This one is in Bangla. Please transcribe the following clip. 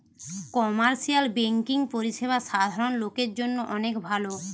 কমার্শিয়াল বেংকিং পরিষেবা সাধারণ লোকের জন্য অনেক ভালো